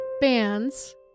bands